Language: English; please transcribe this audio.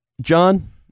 John